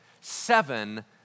seven